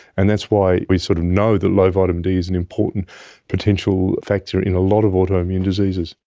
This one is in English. and that's why we sort of know that low vitamin d is an important potential factor in a lot of autoimmune diseases.